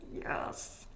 yes